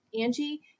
Angie